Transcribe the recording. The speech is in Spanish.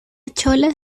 chole